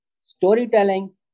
storytelling